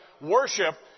Worship